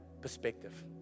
perspective